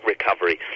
recovery